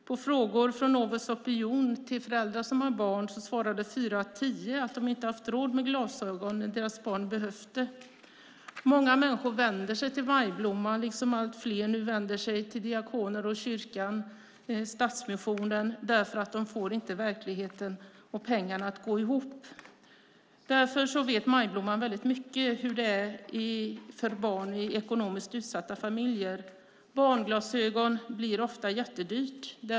På frågor från Novus opinion till föräldrar som har barn svarade fyra av tio att de inte hade haft råd med glasögon när deras barn hade behövt det. Många människor vänder sig till Majblomman, liksom allt fler nu vänder sig till diakoner, kyrkan och Stadsmissionen, eftersom de inte får verkligheten och pengarna att gå ihop. Därför vet Majblomman väldigt mycket om hur det är för barn i ekonomiskt utsatta familjer. Barnglasögon blir ofta jättedyrt.